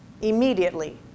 immediately